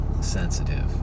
sensitive